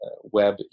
web